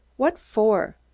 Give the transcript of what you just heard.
what for?